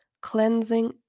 cleansing